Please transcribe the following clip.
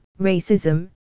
racism